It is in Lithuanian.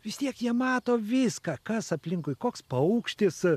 vis tiek jie mato viską kas aplinkui koks paukštis